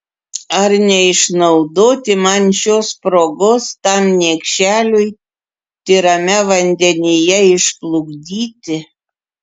ar neišnaudoti man šios progos tam niekšeliui tyrame vandenyje išplukdyti